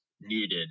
needed